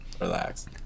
Relax